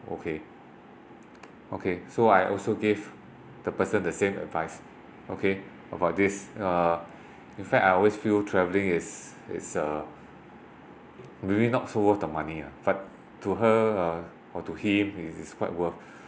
okay okay so I also give the person the same advice okay about this uh in fact I always feel traveling is is uh maybe not so worth the money ah but to her uh or to him it's quite worth